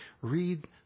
Read